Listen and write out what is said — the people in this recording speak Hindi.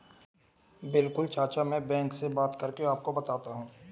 बिल्कुल चाचा में बैंक से बात करके आपको बताता हूं